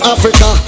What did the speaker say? Africa